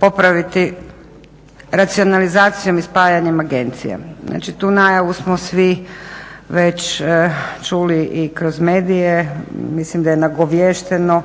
popraviti racionalizacijom i spajanjem agencije. Znači tu najavu smo svi već čuli i kroz medije, mislim da je nagoviješteno